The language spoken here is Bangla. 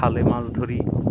খালে মাছ ধরি